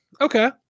Okay